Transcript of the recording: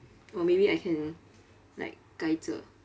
or maybe I can like 跟着